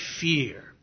fear